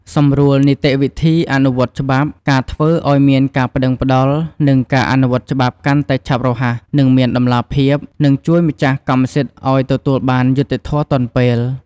សម្រួលនីតិវិធីអនុវត្តច្បាប់ ការធ្វើឱ្យមានការប្តឹងផ្តល់ និងការអនុវត្តច្បាប់កាន់តែឆាប់រហ័ស និងមានតម្លាភាព នឹងជួយម្ចាស់កម្មសិទ្ធិឱ្យទទួលបានយុត្តិធម៌ទាន់ពេល។